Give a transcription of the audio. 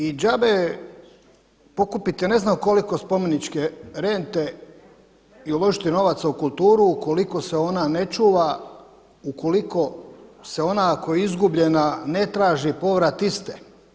I džabe pokupiti ne znam koliko spomeničke rente i uložiti novaca u kulturu ukoliko se ona ne čuva, ukoliko se ona ako je izgubljena ne traži povrat iste.